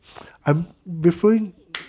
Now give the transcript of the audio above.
I'm referring